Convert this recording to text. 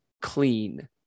clean